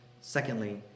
Secondly